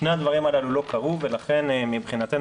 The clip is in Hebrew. שני הדברים הללו לא קרו ולכן מבחינתנו,